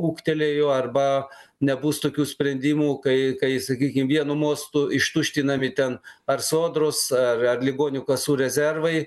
ūgtelėjo arba nebus tokių sprendimų kai kai sakykim vienu mostu ištuštinami ten ar sodros ar ar ligonių kasų rezervai